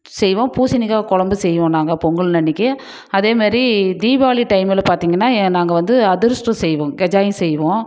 செய்வோம் பூசணிக்காய் குழம்பு செய்வோம் நாங்கள் பொங்கல் அன்னைக்கு அதே மாதிரி தீபாவளி டைமில் பார்த்தீங்கன்னா நாங்கள் வந்து அதிர்ஷ்டம் செய்வோம் கஜாயம் செய்வோம்